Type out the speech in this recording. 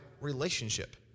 relationship